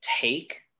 take